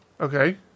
Okay